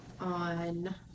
on